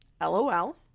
LOL